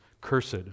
cursed